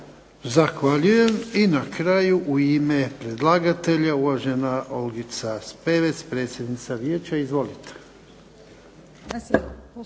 Zahvaljujem. I na kraju u ime predlagatelja uvažena Olgica Spevec, predsjednica vijeća. Izvolite.